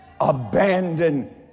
abandon